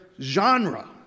genre